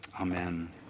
Amen